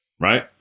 right